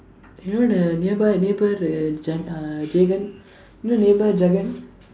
you know the nearby neighbour uh Jan uh Jegan you know neighbour Jagan